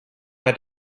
bei